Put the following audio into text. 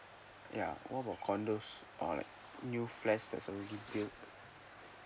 yeah what about condos or new flats that's already build